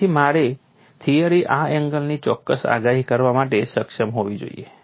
તેથી મારી થિયરી આ એંગલની ચોક્કસ આગાહી કરવા માટે સક્ષમ હોવી જોઈએ